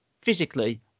physically